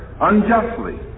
unjustly